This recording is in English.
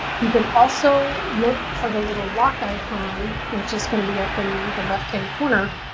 you can also look for the little lock icon, which is going to be up in the left-hand corner.